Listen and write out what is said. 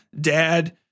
dad